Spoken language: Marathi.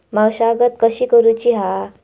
मशागत कशी करूची हा?